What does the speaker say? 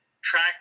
track